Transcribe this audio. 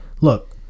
look